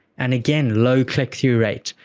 and again, low click-through rate.